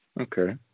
Okay